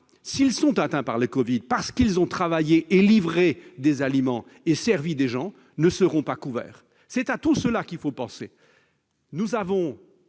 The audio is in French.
jeunes sont atteints par la Covid-19 parce qu'ils ont travaillé et livré des marchandises ou servi des gens, ils ne seront pas couverts. C'est à tous ceux-là qu'il faut penser ! Nous avons